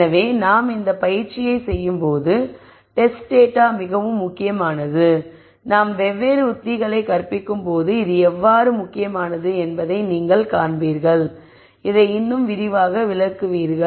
எனவே நாம் இந்த பயிற்சியைச் செய்யும்போது டெஸ்ட் டேட்டா மிகவும் முக்கியமானது நாங்கள் வெவ்வேறு உத்திகளைக் கற்பிக்கும்போது இது எவ்வாறு முக்கியமானது என்பதை நீங்கள் காண்பீர்கள் இதை இன்னும் விரிவாக விளங்குவீர்கள்